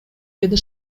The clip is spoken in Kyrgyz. деди